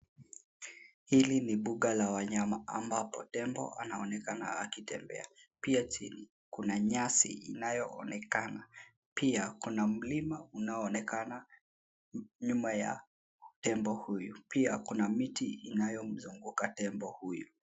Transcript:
Hili ni mbuga la wanyama ambapo tembo anaonekana akitembea, pia chini kuna nyasi inayoonekana, pia kuna mlima unaoonekana nyuma ya tembo huyu. Pia kuna miti inayomzunguka tembo huyu.